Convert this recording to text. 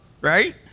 right